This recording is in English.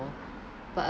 but